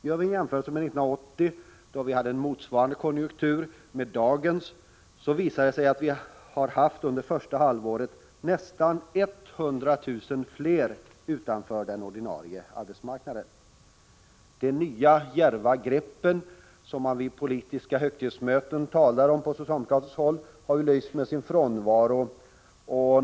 Gör vi en jämförelse med 1980, då vi hade en motsvarande konjunktur som den vi har i dag, visar det sig att vi under det första halvåret har haft nästan 100 000 fler utanför den ordinarie arbetsmarknaden. De nya djärva greppen som man vid de politiska högtidsmötena talar om på socialdemokratiskt håll har ju lyst med sin frånvaro.